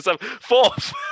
fourth